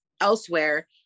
elsewhere